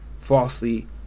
falsely